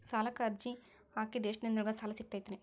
ಸಾಲಕ್ಕ ಅರ್ಜಿ ಹಾಕಿದ್ ಎಷ್ಟ ದಿನದೊಳಗ ಸಾಲ ಸಿಗತೈತ್ರಿ?